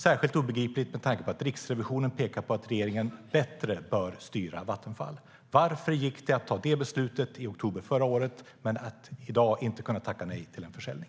Särskilt obegripligt är det med tanke på att Riksrevisionen pekar på att regeringen bör styra Vattenfall bättre. Varför gick det att fatta det beslutet i oktober förra året medan man i dag inte kan tacka nej till en försäljning?